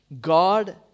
God